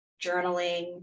journaling